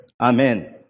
Amen